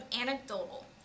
anecdotal